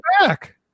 back